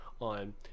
on